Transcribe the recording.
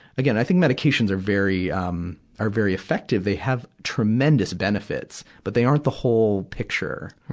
again, i think medications are very, um are very effective. they have tremendous benefits. but they aren't the whole picture.